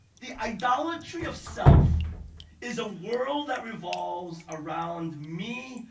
the idolatry of self is a world that revolves around me,